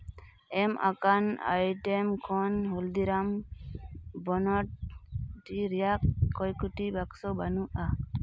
ᱮᱢ ᱟᱠᱟᱱ ᱟᱭᱴᱮᱢ ᱠᱷᱚᱱ ᱦᱚᱞᱫᱤᱨᱟᱢ ᱵᱚᱱᱳᱰᱤ ᱨᱮᱭᱟᱜ ᱠᱚᱭᱮᱠᱴᱤ ᱵᱟᱠᱥᱚ ᱵᱟᱹᱱᱩᱜᱼᱟ